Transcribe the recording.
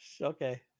Okay